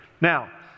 Now